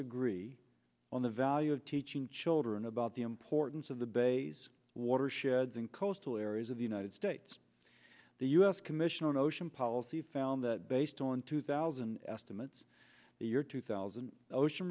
agree on the value of teaching children about the importance of the bay's watersheds in coastal areas of the united states the u s commission on ocean policy found that based on two thousand them it's the year two thousand ocean